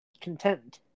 content